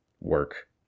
work